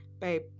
babe